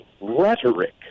Rhetoric